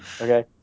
Okay